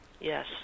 yes